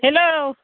hello